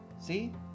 See